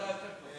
ועדה יותר טוב.